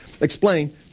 explain